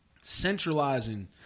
centralizing